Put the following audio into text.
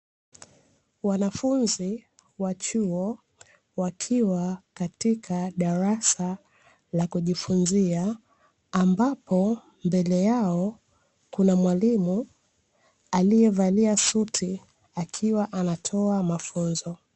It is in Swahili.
Wanafunzi wa chuo wakiwa katika darasa la kujifunzia, ambapo mbele yao kuna mwalimu aliyevalia suti akiwa anatoa mafunzo.